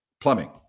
Plumbing